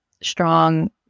strong